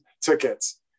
tickets